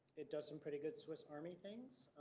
it does some pretty good swiss army things.